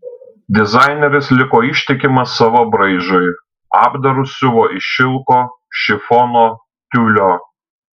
dizaineris liko ištikimas savo braižui apdarus siuvo iš šilko šifono tiulio